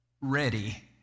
ready